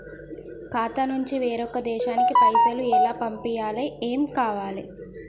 ఖాతా నుంచి వేరొక దేశానికి పైసలు ఎలా పంపియ్యాలి? ఏమేం కావాలి?